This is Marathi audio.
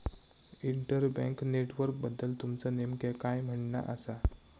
इंटर बँक नेटवर्कबद्दल तुमचा नेमक्या काय म्हणना आसा